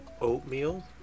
Oatmeal